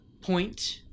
point